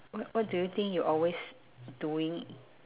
what what do you think you always doing